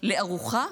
על ארוחה,